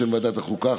בשם ועדת החוקה,